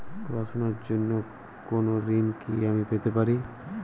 পড়াশোনা র জন্য কোনো ঋণ কি আমি পেতে পারি?